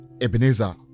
Ebenezer